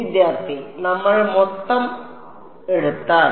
വിദ്യാർത്ഥി നമ്മൾ മൊത്തം മൊത്തമെടുത്താൽ സമയം റഫർ ചെയ്യുക 0824